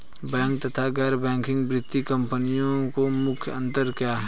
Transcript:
Bank तथा गैर banking वित्तीय कंपनियों में मुख्य अंतर क्या है?